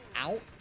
out